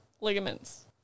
ligaments